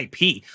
IP